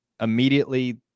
immediately